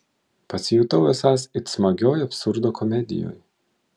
pasijutau esąs it smagioj absurdo komedijoj